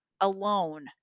alone